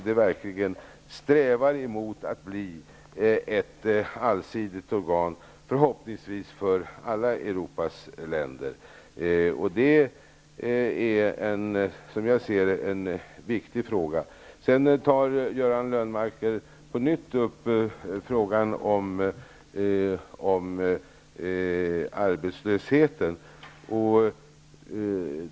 EG måste sträva efter att bli ett allsidigt organ, förhoppningsvis för alla Europas länder. Som jag ser det är det en viktig fråga. Göran Lennmarker tar på nytt upp frågan om arbetslösheten.